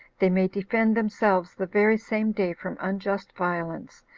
they may defend themselves the very same day from unjust violence,